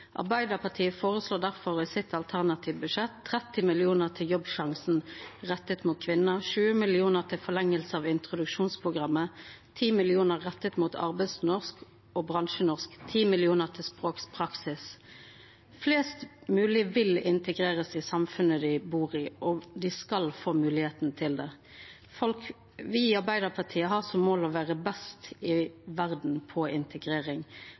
Arbeiderpartiet foreslår derfor i sitt alternative budsjett 30 mill. kr til Jobbsjansen rettet mot kvinner, 7 mill. kr til forlengelse av introduksjonsprogrammet, 10 mill. kr rettet mot arbeidsnorsk og bransjenorsk og 10 mill. kr til språkpraksis. Flest mulig vil integreres i samfunnet de bor i, og de skal få mulighet til det. Vi i Arbeiderpartiet har som mål å være best i verden i integrering.